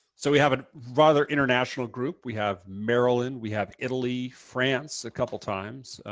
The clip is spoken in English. so we have a rather international group. we have maryland, we have italy, france a couple times.